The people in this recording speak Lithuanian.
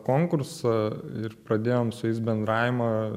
konkursą ir pradėjom su jais bendravimą